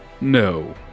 No